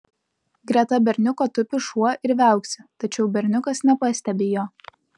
greta berniuko tupi šuo ir viauksi tačiau berniukas nepastebi jo